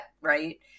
right